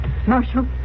Marshal